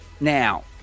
Now